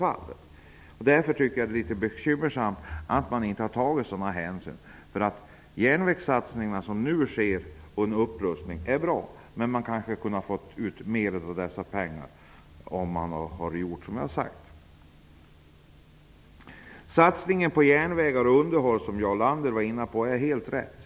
Det är litet bekymmersamt att man inte har tagit sådana hänsyn. De järnvägssatsningar och den upprustning som nu sker är bra, men man hade kanske kunnat få ut mer av dessa pengar om man hade gjort som jag har sagt. Den satsning på järnvägar och underhåll som Jarl Lander tog upp är helt rätt.